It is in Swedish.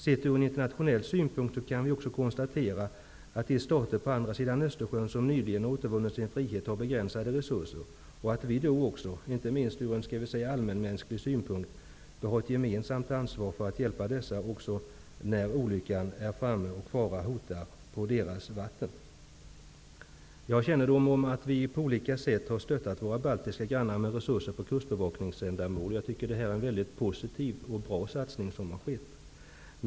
Sett från internationell synpunkt kan vi ju också konstatera att de stater på andra sidan Östersjön som nyligen har återvunnit sin frihet har begränsade resurser och att vi också, inte minst från allmänmänsklig synpunkt, får ha ett gemensamt ansvar att hjälpa dem när olyckan är framme och fara hotar på deras vatten. Jag har kännedom om att vi på olika sätt har stöttat våra baltiska grannar med resurser för kustbevakningsändamål, och det är en positiv och bra satsning.